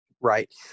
Right